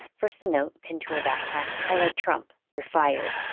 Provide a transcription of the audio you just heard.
first, the note pinned to her backpack i like trump, you're fired.